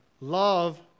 Love